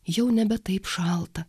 jau nebe taip šalta